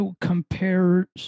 compare